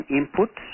input